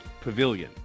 pavilion